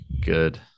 Good